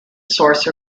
source